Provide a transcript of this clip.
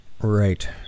Right